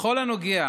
בכל הנוגע